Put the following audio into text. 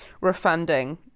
refunding